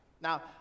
Now